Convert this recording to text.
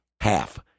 half